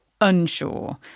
unsure